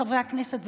חברי הכנסת,